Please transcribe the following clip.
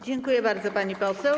Dziękuję bardzo, pani poseł.